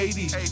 80s